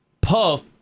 Puff